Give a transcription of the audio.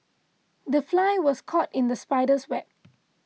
the fly was caught in the spider's web